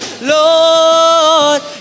Lord